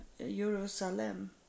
Jerusalem